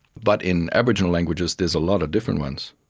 but in aboriginal languages there's a lot of different ones.